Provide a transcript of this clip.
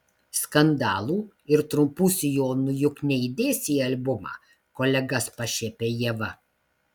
skandalų ir trumpų sijonų juk neįdėsi į albumą kolegas pašiepia ieva